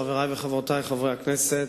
חברי וחברותי חברי הכנסת,